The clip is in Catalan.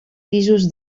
pisos